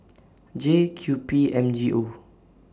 J Q P M G O